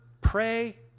pray